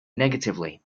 negatively